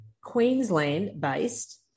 Queensland-based